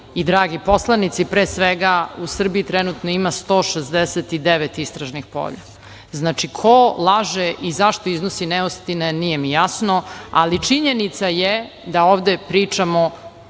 i dragi poslanici, pre svega, u Srbiji trenutno ima 169 istražnih polja. Znači, ko laže i zašto iznosi neistine, nije mi jasno, ali činjenica je da ovde pričamo